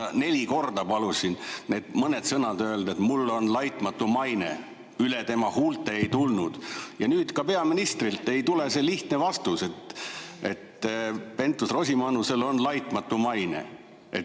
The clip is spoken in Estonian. neli korda palusin need mõned sõnad öelda, et tal on laitmatu maine. Üle tema huulte ei tulnud ja nüüd ka peaministrilt ei tule see lihtne vastus, et Pentus-Rosimannusel on laitmatu maine.